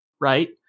right